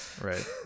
right